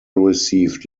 received